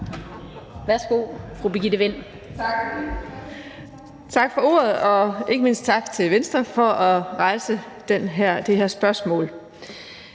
(Ordfører) Birgitte Vind (S): Tak for ordet, og ikke mindst tak til Venstre for at rejse det her spørgsmål.